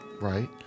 right